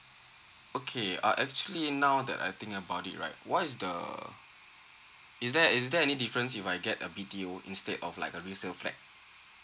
okay uh actually now that I think about it right what is the is there is there any difference if I get a B_T_O instead of like a resale flat